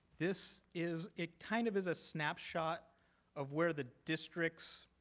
this is it kind of is a snapshot of where the districts